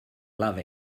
love